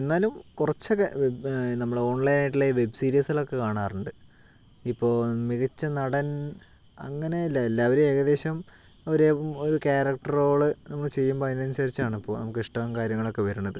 എന്നാലും കുറച്ചൊക്കെ നമ്മളെ ഓൺലൈനായിട്ടുള്ള ഈ വെബ് സീരീസുകളൊക്കെ കാണാറുണ്ട് ഇപ്പോൾ മികച്ച നടൻ അങ്ങനെയില്ല എല്ലാവരും ഏകദേശം ഒരേ ഒരു ക്യാരക്ടർ റോള് നമ്മൾ ചെയ്യുമ്പോൾ അതിനനുസരിച്ചാണ് അപ്പോൾ നമുക്കിഷ്ടവും കാര്യങ്ങളൊക്കെ വരണത്